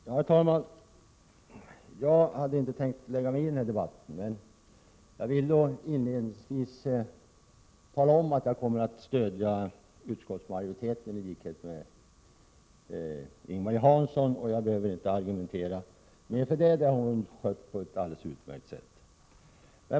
Herr talman! Jag hade inte tänkt lägga mig i den här debatten, och jag vill inledningsvis tala om att jag i likhet med Ing-Marie Hansson kommer att stödja utskottsmajoritetens förslag. Jag behöver inte argumentera för det, för det har hon gjort på ett utmärkt sätt.